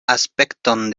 aspekton